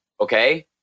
Okay